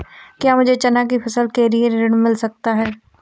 क्या मुझे चना की फसल के लिए ऋण मिल सकता है?